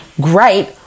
great